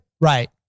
Right